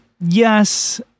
Yes